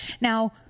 Now